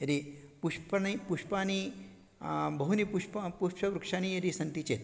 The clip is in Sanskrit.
यदि पुष्पाणि पुष्पाणि बहूनि पुष्पं पुष्पवृक्षाः यदि सन्ति चेत्